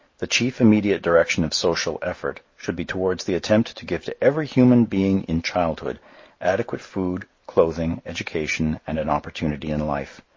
the chief immediate direction of social effort should be towards the attempt to give to every human being in childhood adequate food, clothing, education and an opportunity in life.